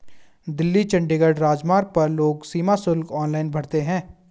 दिल्ली चंडीगढ़ राजमार्ग पर लोग सीमा शुल्क ऑनलाइन भरते हैं